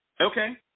Okay